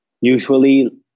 usually